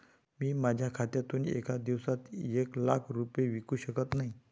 मी माझ्या खात्यातून एका दिवसात एक लाख रुपये विकू शकत नाही